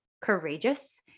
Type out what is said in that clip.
courageous